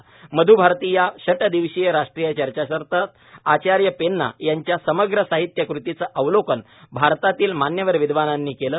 मध्भारती या षट्दिवसीय राष्ट्रीय चर्चासत्रात आचार्य पेन्ना यांच्या समग्र साहित्यकृतींचे अवलोकन भारतातील मान्यवर विदवानांनी केले